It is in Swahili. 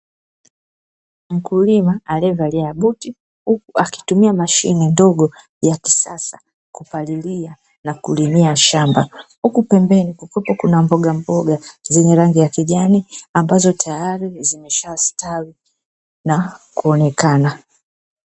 Mkulima aliyevalia buti, huku akitumia machine ndogo ya kisasa kupalilia na kulimia shamba, huku pembeni kuna mboga mboga zenye rangi ya kijani ambazo tayari zimeshastawi na kuonekana.